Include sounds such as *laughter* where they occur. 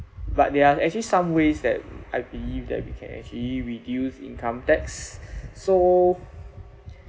but there are actually some ways that I believe that we can actually reduce income tax *breath* so